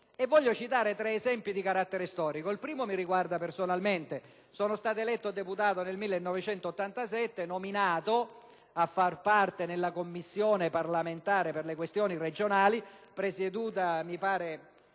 Voglio citare tre esempi di carattere storico. Il primo mi riguarda personalmente. Sono stato eletto deputato nel 1987 e nominato membro della Commissione parlamentare per le questioni regionali presieduta